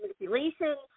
manipulation